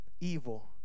evil